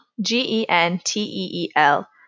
G-E-N-T-E-E-L